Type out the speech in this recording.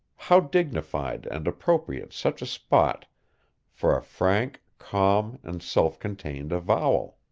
how dignified and appropriate such a spot for a frank, calm, and self-contained avowal!